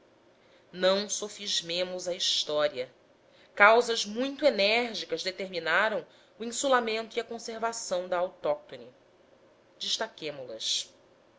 litoral não sofismemos a história causas muito enérgicas determinaram o insulamento e conservação da autóctone destaquemo las